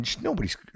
Nobody's